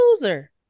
loser